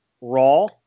raw